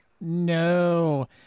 No